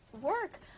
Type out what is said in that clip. work